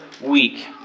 week